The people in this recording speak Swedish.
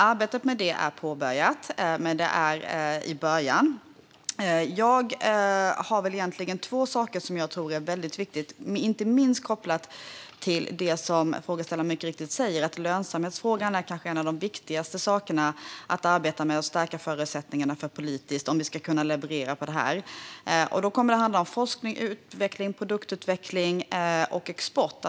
Arbetet har påbörjats, men det är i början. Som frågeställaren mycket riktigt säger tror jag att lönsamhetsfrågan kanske är en av de viktigaste sakerna att arbeta med och stärka förutsättningarna för politiskt om vi ska kunna leverera på det här. Då kommer det att handla om forskning, utveckling, produktutveckling och export.